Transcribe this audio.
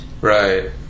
Right